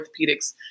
orthopedics